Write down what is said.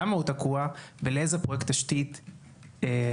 למה הוא תקוע ואיזה פרויקט תשתית תוקע,